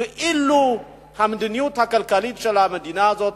כאילו המדיניות הכלכלית של המדינה הזאת,